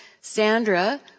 Sandra